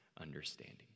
understanding